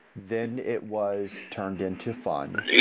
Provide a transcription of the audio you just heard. then it was turned into fun.